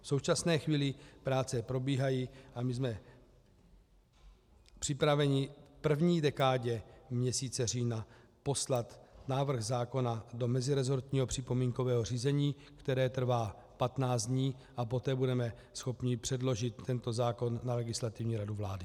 V současné chvíli práce probíhají a my jsme připraveni v první dekádě měsíce října poslat návrh zákona do meziresortního připomínkového řízení, které trvá 15 dní, a poté budeme schopni předložit tento zákon na Legislativní radu vlády.